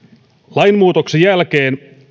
lainmuutoksen jälkeen